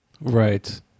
right